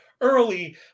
early